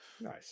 Nice